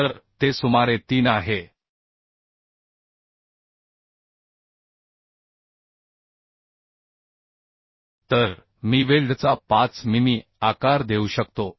तर ते सुमारे 3 आहे तर मी वेल्डचा 5 मिमी आकार देऊ शकतो